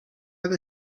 with